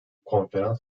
konferans